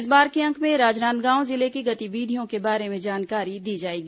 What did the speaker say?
इस बार के अंक में राजनांदगांव जिले की गतिविधियों के बारे में जानकारी दी जाएगी